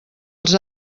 als